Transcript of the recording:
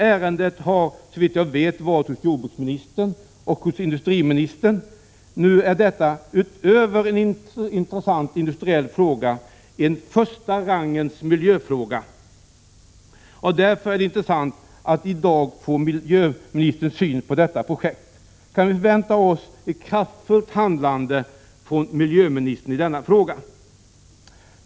Ärendet har, såvitt jag vet, varit hos jordbruksministern och industriministern. Nu är detta utöver en intressant industriell fråga en första rangens miljöfråga. Därför är det intressant att i dag få miljöministerns syn på detta projekt. Kan vi förvänta oss ett kraftfullt handlande från miljöministern i denna fråga?